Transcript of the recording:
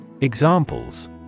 Examples